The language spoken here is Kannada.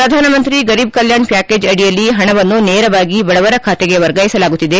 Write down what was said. ಪ್ರಧಾನಮಂತ್ರಿ ಗರೀಬ್ ಕಲ್ಕಾಣ ಪ್ಕಾಕೇಜ್ ಅಡಿಯಲ್ಲಿ ಹಣವನ್ನು ನೇರವಾಗಿ ಬಡವರ ಖಾತೆಗೆ ವರ್ಗಾಯಿಸಲಾಗುತ್ತಿದೆ